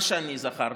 מה שאני זכרתי,